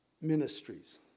ministries